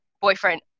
Boyfriend